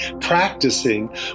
practicing